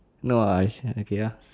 no I should the K ya